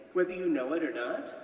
whether you know it or not?